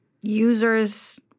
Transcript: users